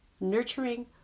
nurturing